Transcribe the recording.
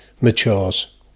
matures